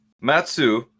Matsu